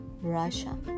Russia